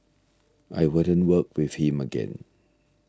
I wouldn't work with him again